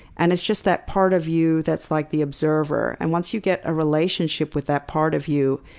and it's just that part of you that's like the observer. and once you get a relationship with that part of you,